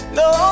no